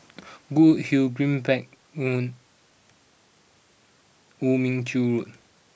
good Hill Greenbank Woo Mon Chew Road